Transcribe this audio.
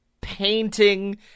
painting